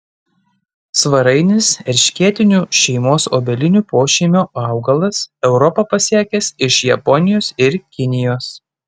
svarainis erškėtinių šeimos obelinių pošeimio augalas europą pasiekęs iš japonijos ir kinijos